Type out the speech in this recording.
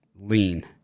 Lean